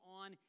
on